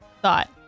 Thought